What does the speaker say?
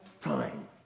time